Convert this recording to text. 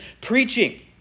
Preaching